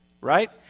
right